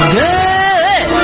good